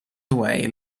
away